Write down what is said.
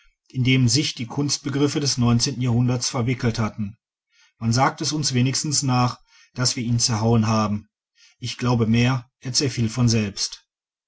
in dem sich die kunstbegriffe des neunzehnten jahrhunderts verwickelt hatten man sagt es uns wenigstens nach daß wir ihn zerhauen haben ich glaube mehr er zerfiel von selbst